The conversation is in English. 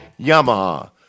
Yamaha